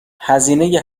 هزینه